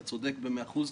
אתה צודק במאה אחוז,